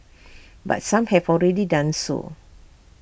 but some have already done so